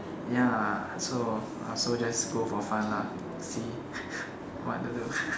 ya so ah so just go for fun lah see what to do